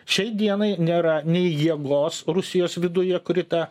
šiai dienai nėra nei jėgos rusijos viduje kuri tą